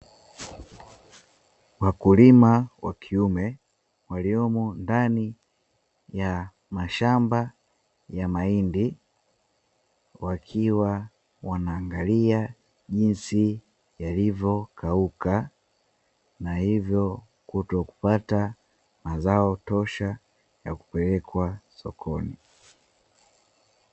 Wakulima wa kiume waliomo ndani ya mashamba ya mahindi wakiwa wanaangalia jinsi yalivokauka, na hivyo kutokupata mazao tosha ya kupelekwa sokoni.